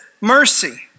mercy